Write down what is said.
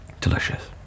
Delicious